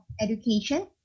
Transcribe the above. Education